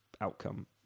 outcome